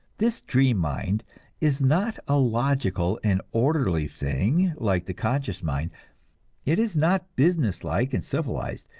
this dream mind is not a logical and orderly thing like the conscious mind it is not business-like and civilized,